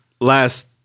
last